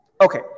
Okay